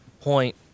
point